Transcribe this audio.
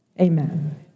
Amen